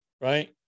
right